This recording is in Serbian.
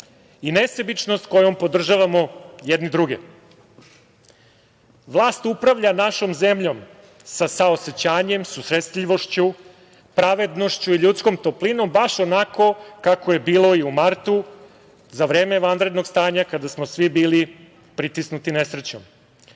i nesebičnost kojom podržavamo jedni druge. Vlast upravlja našom zemljom sa saosećanjem, susretljivošću, pravednošću i ljudskom toplinom baš onako kako je bilo i u martu za vreme vanrednog stanja kada smo svi bili pritisnuti